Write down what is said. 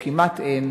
או כמעט אין,